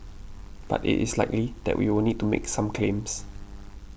but it is likely that we will need to make some claims